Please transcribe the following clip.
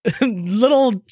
little